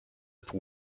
pół